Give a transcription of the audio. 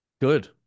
Good